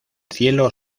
cielo